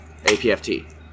APFT